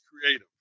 creative